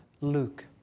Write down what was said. Luke